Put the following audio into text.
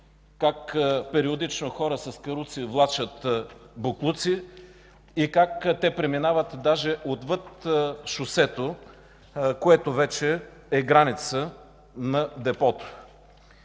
как периодично хора с каруци влачат боклуци и как те преминават даже отвъд шосето, което вече е граница на депото.